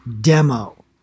Demo